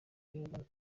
y’uruganda